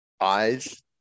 eyes